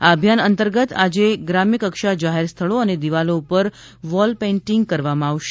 આ અભિયાન અંતર્ગત આજે ગ્રામ્યકક્ષા જાહેર સ્થળો અને દિવાલો પર વોલ પેઇન્ટીંગ કરવામાં આવશે